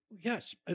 yes